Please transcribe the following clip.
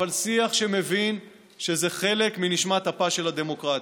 אבל שיח שמבין שזה חלק מנשמת אפה של הדמוקרטיה.